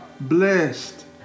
blessed